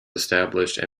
established